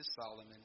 Solomon